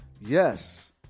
Yes